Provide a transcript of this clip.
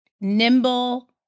nimble